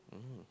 mm